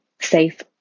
safe